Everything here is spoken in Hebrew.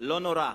לא נורא.